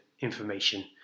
information